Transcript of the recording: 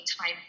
time